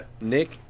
Nick